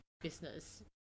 business